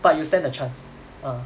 but you stand a chance